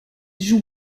joue